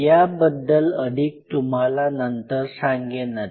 याबद्दल अधिक तुम्हाला नंतर सांगेनच